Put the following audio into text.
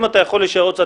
אם אתה יכול להישאר קצת,